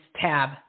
tab